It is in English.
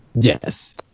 Yes